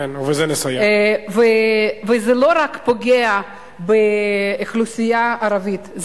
זה לא רק פוגע באוכלוסייה ערבית,